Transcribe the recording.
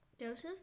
Joseph